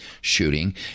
shooting